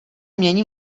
mění